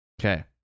Okay